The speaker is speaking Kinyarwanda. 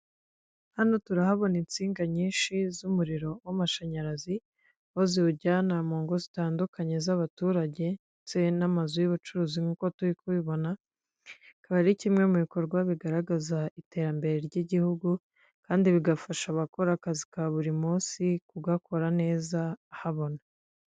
Hano turahabona insinga nyinshi z'umuriro w'amashanyarazi, aho ziwujyana mu ngo zitandukanye z'abaturage n'amazu y'ubucuruzi nk'uko turi kubibona ,bikaba ari kimwe mu bikorwa bigaragaza iterambere ry'igihugu, kandi bigafasha abakora akazi ka buri munsi kugakora neza habona.